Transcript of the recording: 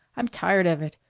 i'm tired of it.